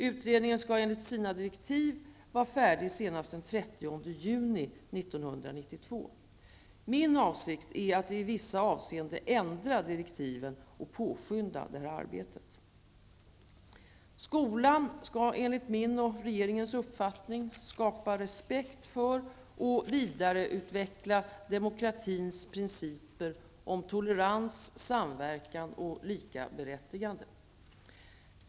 Utredningen skall enligt sina direktiv vara färdig senast den 30 juni 1992. Min avsikt är att i vissa avseenden ändra direktiven och påskynda detta arbete. Skolan skall, enligt min och regeringens uppfattning, skapa respekt för och vidareutveckla demokratins principer om tolerans, samverkan och likaberättigande.